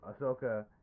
Ahsoka